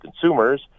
consumers